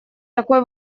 такой